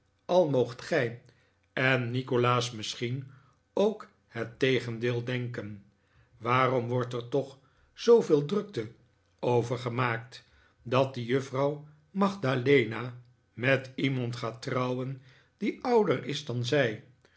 al moogt gij en nikolaas misschien ook het tegendeel denken waarom wordt er toch zooveel drukte over gemaakt dat die juffrouw magdalena met iemand gaat trouwen die ouder is dan zij